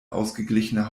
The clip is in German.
ausgeglichener